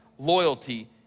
Loyalty